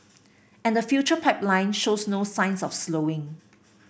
and the future pipeline shows no signs of slowing